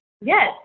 Yes